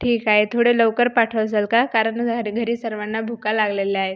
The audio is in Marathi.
ठीक आहे थोडं लवकर पाठवा सर का कारण घरी सर्वांना भुका लागलेल्या आहेत